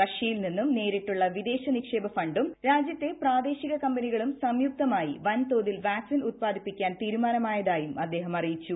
റഷ്യയിൽ നിന്നും നേരിട്ടുള്ള വിദേശ നിക്ഷേപ ഫണ്ടും രാജ്യത്തെ പ്രാദേശിക കമ്പനികളും സംയുക്തമായി വൻതോതിൽ വാക ്സിൻ ഉത്പാദിപ്പിക്കാൻ തീരുമാനമായതായും അദ്ദേഹം അറിയിച്ചു